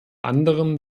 anderem